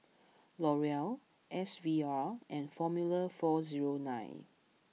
L'Oreal S V R and Formula Four Zero Nine